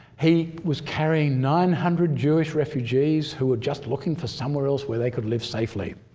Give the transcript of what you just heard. he was carrying nine hundred jewish refugees who were just looking for somewhere else where they could live safely.